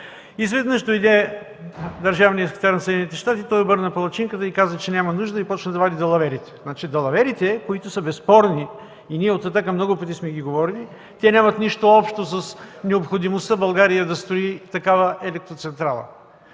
Изведнъж дойде държавният секретар на Съединените щати, той обърна палачинката и каза, че няма нужда, започна да вади далаверите. Далаверите, които са безспорни, и ние от „Атака” много пъти сме ги говорили, нямат нищо общо с необходимостта България да строи такава електроцентрала.